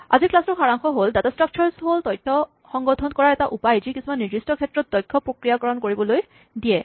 আজিৰ ক্লাছটোৰ সাৰাংশ হ'ল ডাটা স্ট্ৰাক্সাৰছ হ'ল তথ্য সংগঠন কৰাৰ এটা উপায় যি কিছুমান নিৰ্দিষ্ট ক্ষেত্ৰত দক্ষ প্ৰক্ৰিয়াকৰণ কৰিবলৈ দিয়ে